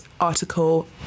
article